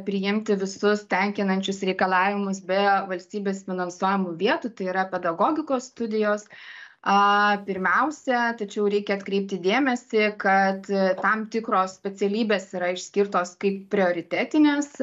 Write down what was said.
priimti visus tenkinančius reikalavimus be valstybės finansuojamų vietų tai yra pedagogikos studijos pirmiausia tačiau reikia atkreipti dėmesį kad tam tikros specialybės yra išskirtos kaip prioritetinės